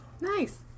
Nice